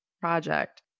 project